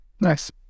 Nice